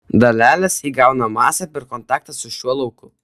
dalelės įgauna masę per kontaktą su šiuo lauku